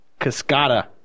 Cascada